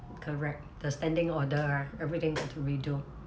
correct the standing order right everything need to redo